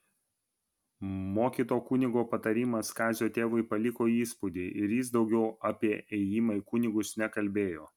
mokyto kunigo patarimas kazio tėvui paliko įspūdį ir jis daugiau apie ėjimą į kunigus nekalbėjo